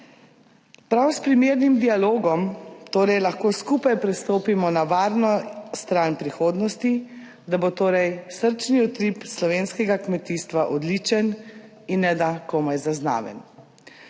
Prav smernim dialogom torej lahko skupaj prestopimo na varno stran prihodnosti, da bo torej srčni utrip slovenskega kmetijstva odličen in ne da komaj zaznaven.